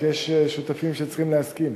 רק יש שותפים שצריכים להסכים.